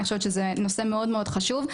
אני חושבת שזה נושא מאוד מאוד חשוב.